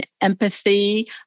empathy